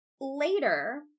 later